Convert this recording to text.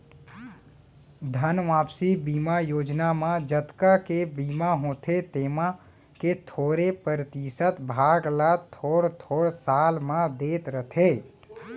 धन वापसी बीमा योजना म जतका के बीमा होथे तेमा के थोरे परतिसत भाग ल थोर थोर साल म देत रथें